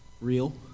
real